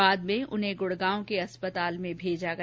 बाद में उन्हें गुडगांव के अस्पताल में भेजा गया